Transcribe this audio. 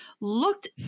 looked